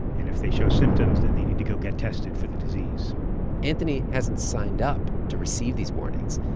and if they show symptoms, then they need to go get tested for the disease anthony hasn't signed up to receive these warnings.